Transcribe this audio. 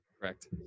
Correct